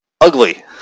ugly